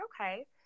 okay